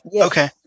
Okay